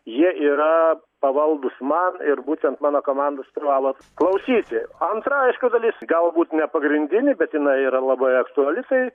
jie yra pavaldūs man ir būtent mano komandos privalot klausyti antra aišku dalis galbūt nepagrindinė bet jinai yra labai aktuali tai